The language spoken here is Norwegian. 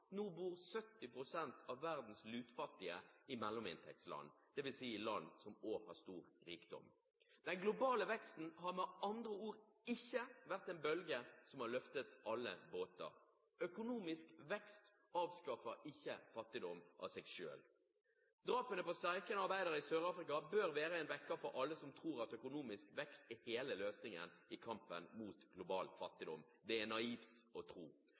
nå bor 70 pst. av verdens lutfattige i mellominntektsland, dvs. i land som også har stor rikdom. Den globale veksten har med andre ord ikke vært en bølge som har løftet alle båter. Økonomisk vekst avskaffer ikke fattigdom av seg selv. Drapene på streikende arbeidere i Sør-Afrika bør være en vekker for alle som tror at økonomisk vekst er hele løsningen i kampen mot global fattigdom. Det er naivt å tro.